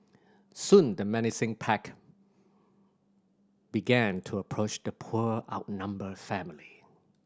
soon the menacing pack began to approach the poor outnumbered family